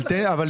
גיא,